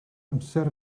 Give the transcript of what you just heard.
amser